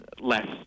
less